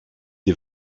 des